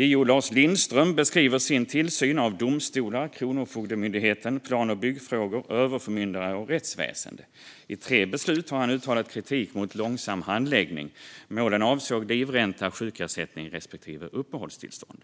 JO Lars Lindström beskriver sin tillsyn av domstolar, Kronofogdemyndigheten, plan och byggfrågor, överförmyndare och rättsväsen. I tre beslut har han uttalat kritik mot långsam handläggning. Målen avsåg livränta, sjukersättning respektive uppehållstillstånd.